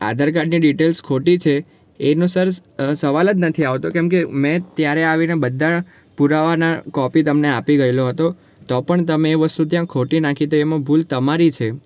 આધાર કાર્ડની ડિટેલ્સ ખોટી છે એનું સર સવાલ જ નથી આવતો કેમ કે મેં ત્યારે આવીને બધા પુરાવાના કોપી તમને આપી ગયેલો હતો તો પણ તમે એ વસ્તુ ત્યાં ખોટી નાખી તો એમાં ભૂલ તમારી છે